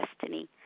destiny